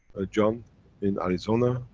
jon in arizona,